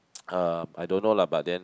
uh I don't know lah but then